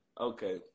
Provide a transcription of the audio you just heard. Okay